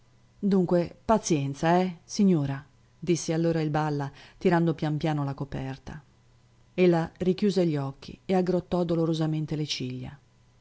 dunque pazienza eh signora disse allora il balla tirando pian piano la coperta ella richiuse gli occhi e aggrottò dolorosamente le ciglia